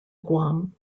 guam